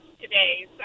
today